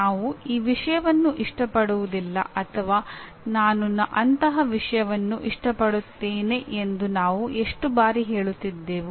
ನಾನು ಈ ವಿಷಯವನ್ನು ಇಷ್ಟಪಡುವುದಿಲ್ಲ ಅಥವಾ ನಾನು ಅಂತಹ ವಿಷಯವನ್ನು ಇಷ್ಟಪಡುತ್ತೇನೆ ಎಂದು ನಾವು ಎಷ್ಟು ಬಾರಿ ಹೇಳುತ್ತಿದ್ದೆವು